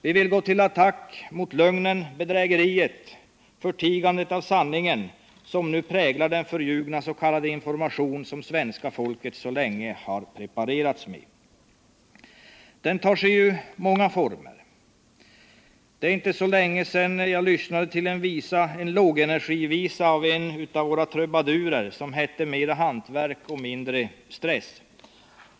Vi vill gå till attack mot lögnen, bedrägeriet och förtigandet av sanningen som nu präglar den förljugna s.k. information som det svenska folket så länge har preparerats med. Propagandan tar sig många former. Det är inte så länge sedan jag lyssnade tillen ”lågenergivisa” av en av våra trubadurer. Visan hette ”Mera hantverk — mindre stress”.